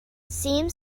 seemed